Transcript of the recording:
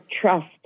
trust